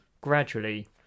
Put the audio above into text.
gradually